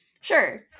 Sure